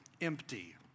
empty